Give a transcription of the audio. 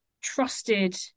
trusted